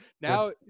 now